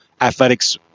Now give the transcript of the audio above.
athletics